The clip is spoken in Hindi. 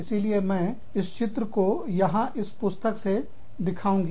इसीलिए मैं इस चित्र को यहां इस पुस्तक से दिखाऊंगी